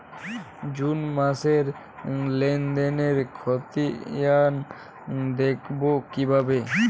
June মাসের লেনদেনের খতিয়ান দেখবো কিভাবে?